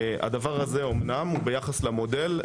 הדבר הזה אומנם הוא ביחס למודל,